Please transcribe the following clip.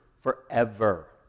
forever